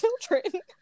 children